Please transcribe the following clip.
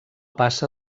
passa